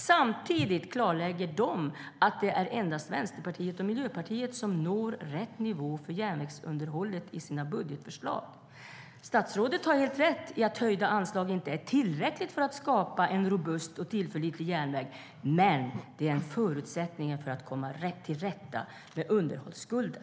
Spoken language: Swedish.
Samtidigt klarlägger de att endast Vänsterpartiet och Miljöpartiet når rätt nivå för järnvägsunderhållet i sina budgetförslag. Statsrådet har helt rätt i att höjda anslag inte är tillräckligt för att skapa en robust och tillförlitlig järnväg. Men det är en förutsättning för att komma till rätta med underhållsskulden.